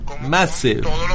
massive